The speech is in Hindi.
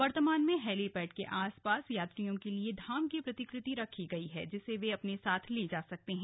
वर्तमान में हेलीपैड के आसपास यात्रियों के लिए धाम की प्रतिकृति रखी गयी है जिसे वे अपने साथ ले जा सकते हैं